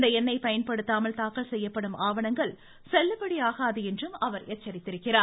இந்த எண்ணை பயன்படுத்தாமல் தாக்கல் செய்யப்படும் ஆவணங்கள் செல்லுபடியாகாது என்றும் அவர் எச்சரித்துள்ளார்